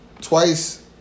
twice